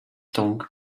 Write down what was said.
tongue